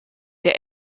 der